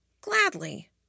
Gladly